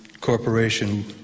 Corporation